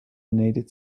needed